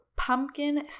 Pumpkin